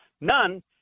None